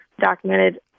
documented